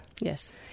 Yes